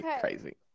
crazy